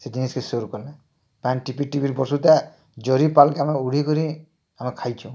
ସେ ଜିନିଷ କେ ସୁରୁ କଲେ ପାନ ଟିପିର ଟିପିର ବର୍ଷୁ ଥାଏ ଜରି ପାଲ କେ ଆମେ ଉଡ଼ି କରି ଆମେ ଖାଇଛୁ